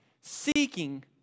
seeking